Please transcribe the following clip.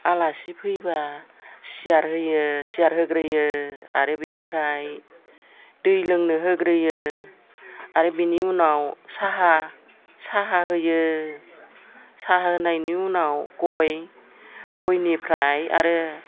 आलासि फैबा सियार होयो सियार होग्रोयो आरो बेनिफ्राय दै लोंनो होग्रोयो आरो बेनि उनाव साहा होयो साहा होनायनि उनाव गय गयनिफ्राय आरो